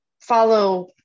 follow